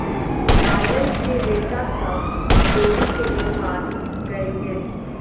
नारियल के रेशा से डोरी के निर्माण कयल गेल